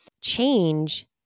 change